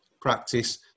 Practice